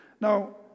Now